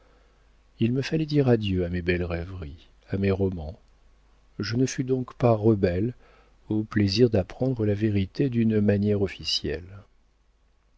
il me fallait dire adieu à mes belles rêveries à mes romans je ne fus donc pas rebelle au plaisir d'apprendre la vérité d'une manière officielle